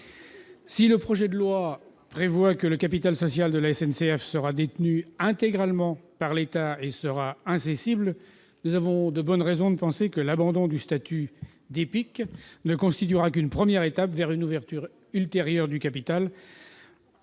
Si le projet de loi prévoit que le capital social de la SNCF sera détenu intégralement par l'État et incessible, nous avons de bonnes raisons de penser que l'abandon du statut d'EPIC ne constituera qu'une première étape vers une ouverture ultérieure du capital